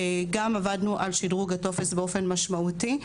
גם עבדנו על שדרוג הטופס באופן משמעותי,